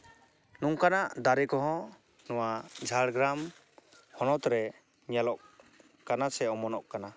ᱱᱚᱝᱠᱟᱱᱟᱜ ᱫᱟᱨᱮ ᱠᱚᱦᱚᱸ ᱱᱚᱣᱟ ᱡᱷᱟᱲᱜᱨᱟᱢ ᱦᱚᱱᱚᱛ ᱨᱮ ᱧᱮᱞᱚᱜ ᱠᱟᱱᱟ ᱥᱮ ᱚᱢᱚᱱᱚᱜ ᱠᱟᱱᱟ